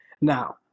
Now